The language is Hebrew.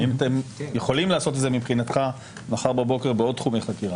האם אתם יכולים לעשות את זה מבחינתך מחר בבוקר בעוד תחומי חקירה?